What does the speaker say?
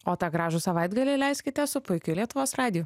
o tą gražų savaitgalį leiskite su puikiu lietuvos radiju